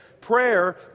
Prayer